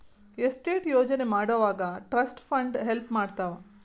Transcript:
estate ಯೋಜನೆ ಮಾಡೊವಾಗ trust fund help ಮಾಡ್ತವಾ